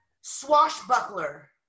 swashbuckler